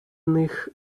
них